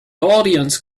audience